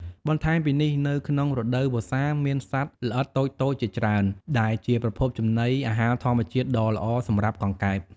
បន្ថែមពីនេះនៅក្នុងរដូវវស្សា មានសត្វល្អិតតូចៗជាច្រើន ដែលជាប្រភពចំណីអាហារធម្មជាតិដ៏ល្អសម្រាប់កង្កែប។